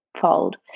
fold